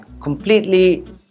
completely